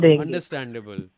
Understandable